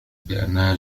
بأنها